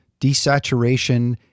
desaturation